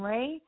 Ray